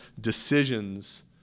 decisions